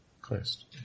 Christ